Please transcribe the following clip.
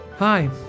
Hi